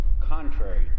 contrary